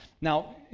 Now